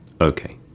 Okay